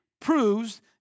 proves